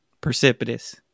precipitous